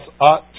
ought